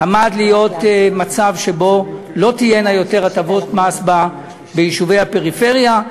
עמד להיות מצב שבו לא תהיינה יותר הטבות מס ביישובי הפריפריה,